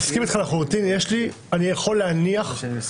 אני כבר אומרת: אנחנו לא עומדים על הסעיף הזה.